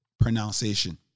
pronunciation